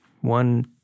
One